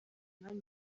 umwanya